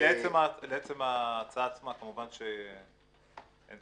לעצם ההצעה, כמובן שאין